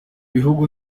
bihugu